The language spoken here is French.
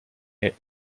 est